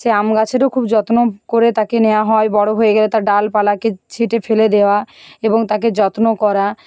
সে আম গাছেরও খুব যত্ন করে তাকে নেওয়া হয় বড়ো হয়ে গেলে তার ডালপালাকে ছেঁটে ফেলে দেওয়া এবং তাকে যত্ন করা